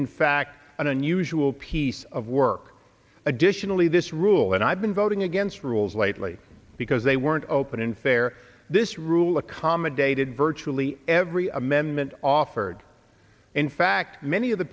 in fact an unusual piece of work additionally this rule and i've been voting against rules lately because they weren't open and fair this rule accommodated virtually every amendment offered in fact many of the